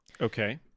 Okay